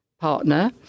partner